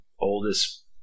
oldest